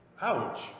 Ouch